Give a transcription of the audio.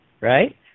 right